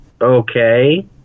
Okay